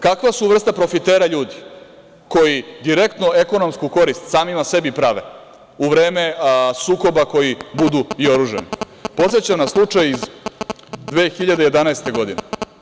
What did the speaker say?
Kakva su vrsta profitera ljudi koji direktno ekonomsku korist samima sebi prave u vreme sukoba koji budu i oružani, podseća nas slučaj iz 2011. godine.